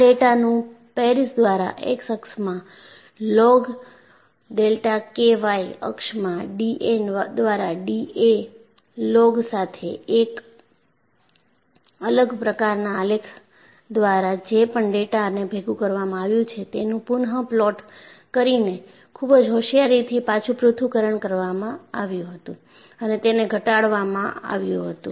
આ ડેટાનું પૅરિસ દ્વારા એક્સ અક્ષમાં લોગ ડેલ્ટા કે અને વાય અક્ષમાં ડીએન દ્વારા ડીએ લોગ સાથે એક અલગ પ્રકારના આલેખ દ્વારા જે પણ ડેટાને ભેગું કરવામાં આવ્યુ છે તેનું પુનઃપ્લોટ કરીને ખૂબ જ હોશિયારીથી પાછુ પૃથ્થકરણ કરવામાં આવ્યું હતું અને તેને ઘટાડવામાં આવ્યું હતું